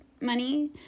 money